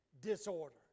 disorder